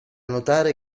notare